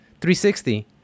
360